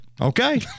okay